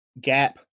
gap